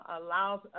allows